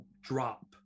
drop